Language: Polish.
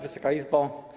Wysoka Izbo!